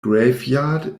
graveyard